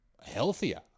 healthier